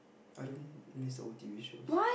I don't miss old T_V shows